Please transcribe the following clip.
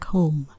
Home